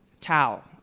Tao